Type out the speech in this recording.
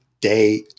day